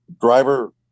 driver